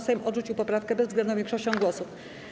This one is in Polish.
Sejm odrzucił poprawkę bezwzględną większością głosów.